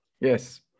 Yes